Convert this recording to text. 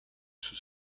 sous